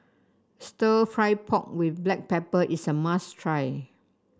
Stir Fried Pork with Black Pepper is a must try